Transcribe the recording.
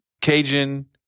Cajun